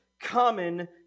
common